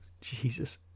Jesus